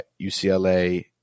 ucla